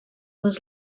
was